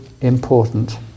important